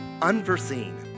unforeseen